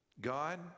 God